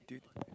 do you